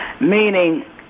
meaning